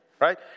right